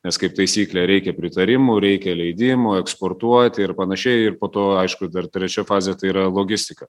nes kaip taisyklė reikia pritarimų reikia leidimų eksportuoti ir panašiai ir po to aišku dar trečia fazė tai yra logistika